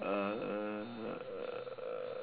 uh